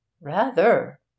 Rather